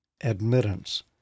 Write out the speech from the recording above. admittance